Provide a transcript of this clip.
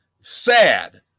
sad